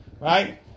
Right